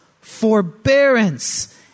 forbearance